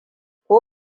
ko